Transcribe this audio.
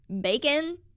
Bacon